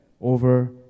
over